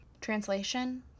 Translation